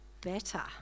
better